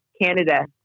Canada